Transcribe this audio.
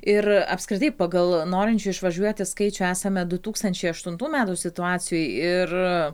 ir apskritai pagal norinčių išvažiuoti skaičių esame du tūkstančiai aštuntų metų situacijoje ir